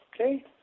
Okay